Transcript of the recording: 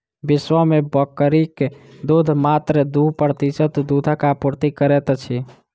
विश्व मे बकरीक दूध मात्र दू प्रतिशत दूधक आपूर्ति करैत अछि